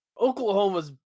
Oklahoma's